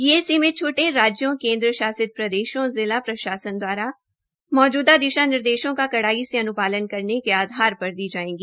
ये सीमित छ्र्टे राज्यों केन्द्र शासित प्रदेशों और जिला प्रशासन द्वारा मौजूदा दिशा निर्देशों का कड़ाई से अन्पालन करने के आधार पर दी जायेगी